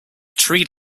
tree